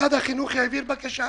משרד החינוך העביר בקשה.